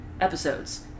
episodes